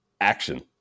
action